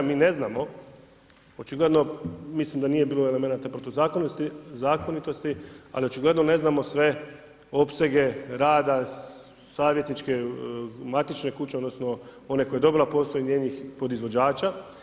Mi ne znamo, očigledno mislim da nije bilo elemenata protuzakonitosti, ali očigledno ne znamo sve opsege rada savjetničke, matične kuće, odnosno one koja je dobila posao i njenih podizvođača.